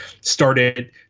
started